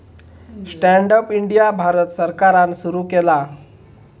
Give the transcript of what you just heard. stand up India Bharat सरकारान सुरू केला